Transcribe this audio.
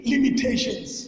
Limitations